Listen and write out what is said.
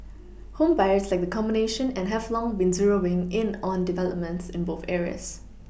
home buyers like the combination and have long been zeroing in on developments in both areas